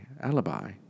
Alibi